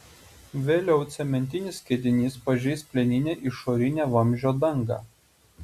vėliau cementinis skiedinys pažeis plieninę išorinę vamzdžio dangą